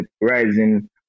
rising